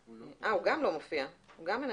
גם הוא איננו.